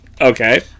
okay